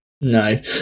No